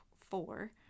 four